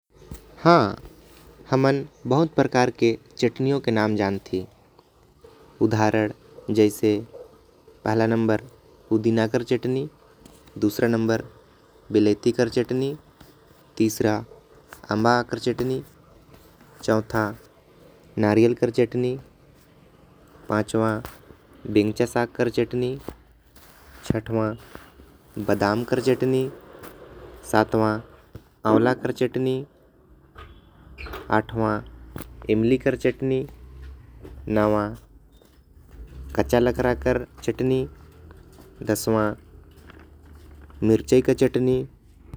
ह हमन बहुत प्रकार के चटनियों के नाम जानती। उदाहरण जैसे पहला नंबर पुदीना के चटनी दूसरा नंबर बिलैती। कर चटनी तीसरा आम कर चटनी चौथा नारियल कर चटनी। पांचवां बेंगचा संग कर चटनी छठवां बादाम कर चटनी। सातवां आंवला कर चटनी आठवां एमिली कर चटनी। नवा कच्चा लकड़ा कर चटनी दसवां मिर्चाई कर चटनी।